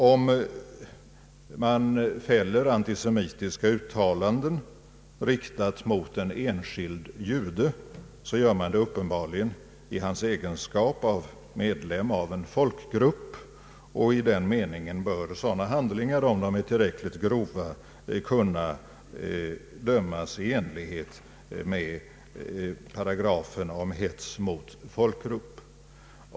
Om man fäller antisemitiska uttalanden, riktade mot en enskild jude, så gör man det uppenbarligen mot honom i hans egenskap av medlem av en folkgrupp, och sådana handlingar bör — om de är tillräckligt grova — kunna dömas i enlighet med paragraferna om hets mot folkgrupp.